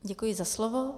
Děkuji za slovo.